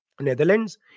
Netherlands